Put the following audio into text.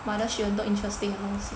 Mothership 很多 interesting 的